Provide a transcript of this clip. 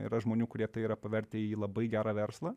yra žmonių kurie tai yra pavertę į labai gerą verslą